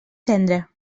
cendra